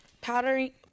powdering